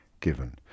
given